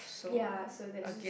ya so that's just